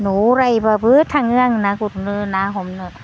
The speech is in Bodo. न'आव रायब्लाबो थाङो आं ना गुरनो ना हमनो